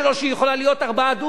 שיכולה להיות 4 דונם,